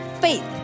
faith